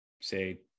say